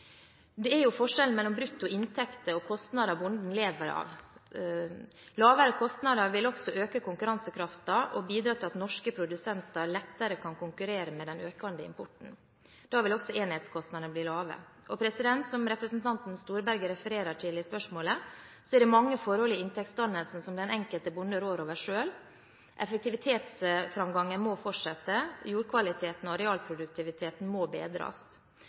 Det er jo forskjellen mellom brutto inntekter og kostnader bonden lever av. Lavere kostnader vil også øke konkurransekraften og bidra til at norske produsenter lettere kan konkurrere med den økende importen. Da vil også enhetskostnadene bli lavere. Og som representanten Storberget refererer til i spørsmålet, er det mange forhold i inntektsdannelsen som den enkelte bonde rår over selv. Effektivitetsframgangen må fortsette. Jordkvaliteten og arealproduktiviteten må bedres.